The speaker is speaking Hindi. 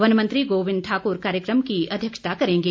वन मंत्री गोविन्द ठाकुर कार्यक्रम की अध्यक्षता करेंगें